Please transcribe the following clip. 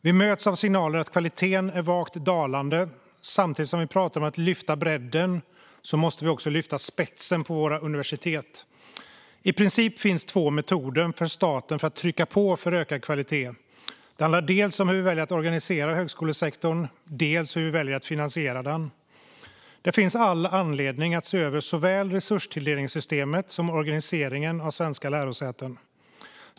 Vi möts av signaler att kvaliteten är vagt dalande. Samtidigt som vi pratar om att lyfta bredden måste vi också lyfta spetsen på landets universitet. I princip finns två metoder för staten att trycka på för ökad kvalitet. Det handlar dels om hur vi väljer att organisera högskolesektorn, dels om hur vi väljer att finansiera den. Det finns all anledning att se över såväl resurstilldelningssystemet som organiseringen av svenska lärosäten.